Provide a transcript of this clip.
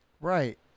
Right